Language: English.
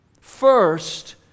First